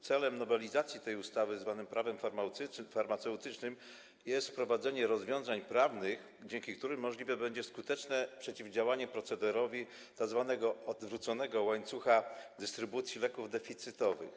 Celem nowelizacji ustawy zwanej Prawem farmaceutycznym jest wprowadzenie rozwiązań prawnych, dzięki którym możliwe będzie skuteczne przeciwdziałanie procederowi tzw. odwróconego łańcucha dystrybucji leków deficytowych.